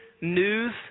news